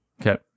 Okay